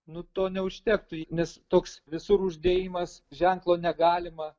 nu to neužtektų nes toks visur uždėjimas ženklo negalima